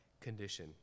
condition